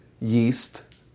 yeast